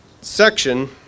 section